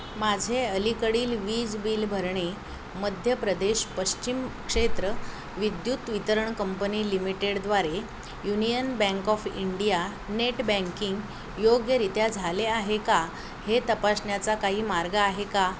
माझे अलीकडील वीज बिल भरणे मध्य प्रदेश पश्चिम क्षेत्र विद्युत वितरण कंपनी लिमिटेडद्वारे union bank of India net banking योग्यरित्या झाले आहे का हे तपासण्याचा काही मार्ग आहे का